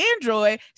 android